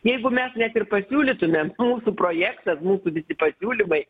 jeigu mes net ir pasiūlytumėm mūsų projektas mūsų visi pasiūlymai